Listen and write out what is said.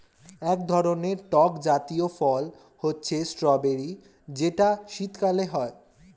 এক ধরনের টক জাতীয় ফল হচ্ছে স্ট্রবেরি যেটা শীতকালে হয়